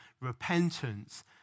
repentance